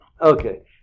Okay